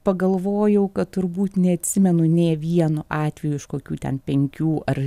pagalvojau kad turbūt neatsimenu nė vieno atvejo iš kokių ten penkių ar